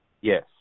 Yes